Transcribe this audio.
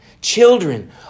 Children